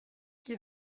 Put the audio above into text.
qui